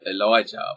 Elijah